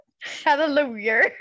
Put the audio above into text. hallelujah